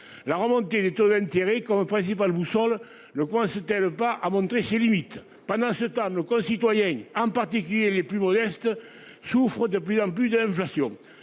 la remontée des taux d'intérêt comme principale boussole le point c'était le pas à montrer ses limites pendant ce temps nos concitoyens en particulier les plus modestes. Souffrent de plus en plus d'inflation,